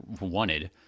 wanted